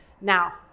Now